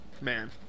Man